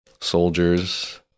soldiers